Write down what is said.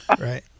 right